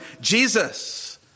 Jesus